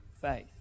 faith